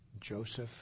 Joseph